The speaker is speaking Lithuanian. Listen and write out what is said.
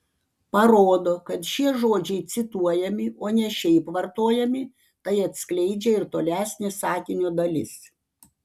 parodo kad šie žodžiai cituojami o ne šiaip vartojami tai atskleidžia ir tolesnė sakinio dalis